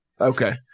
Okay